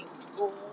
school